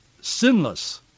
sinless